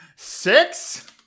Six